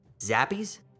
Zappies